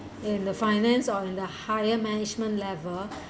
and the finance or in the higher management level